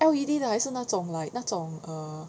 L_E_D 的还是那种 like 那种 err